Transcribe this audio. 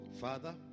Father